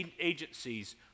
agencies